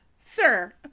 Sir